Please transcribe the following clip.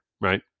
right